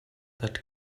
that